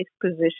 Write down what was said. position